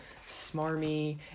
smarmy